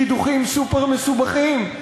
קידוחים סופר-מסובכים,